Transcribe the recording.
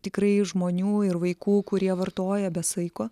tikrai žmonių ir vaikų kurie vartoja be saiko